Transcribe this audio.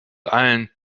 allen